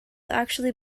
actually